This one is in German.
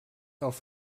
auf